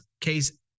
case